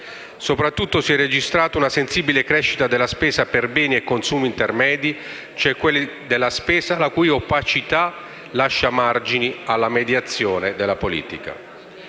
Soprattutto, si è registrata una sensibile crescita della spesa per beni e consumi intermedi, cioè quella spesa la cui opacità lascia margini alla mediazione della politica.